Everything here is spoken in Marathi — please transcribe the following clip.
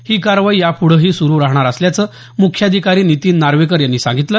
ही कारवाई यापूढेही सुरु राहणार असल्याचं मुख्याधिकारी नितीन नार्वेकर यांनी सांगितलं